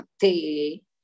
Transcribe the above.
Te